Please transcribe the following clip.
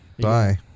bye